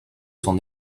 son